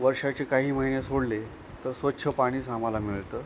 वर्षाचे काही महिने सोडले तर स्वच्छ पाणीच आम्हाला मिळतं